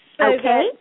Okay